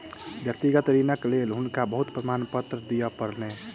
व्यक्तिगत ऋणक लेल हुनका बहुत प्रमाणपत्र दिअ पड़लैन